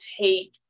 take